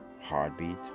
heartbeat